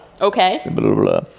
Okay